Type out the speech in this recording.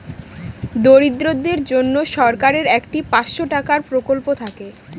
দরিদ্রদের জন্য সরকারের একটি পাঁচশো টাকার প্রকল্প থাকে